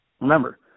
Remember